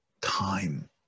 Time